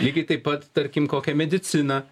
lygiai taip pat tarkim kokią mediciną